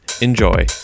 enjoy